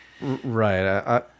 Right